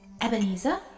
Ebenezer